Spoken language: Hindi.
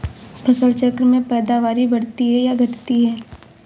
फसल चक्र से पैदावारी बढ़ती है या घटती है?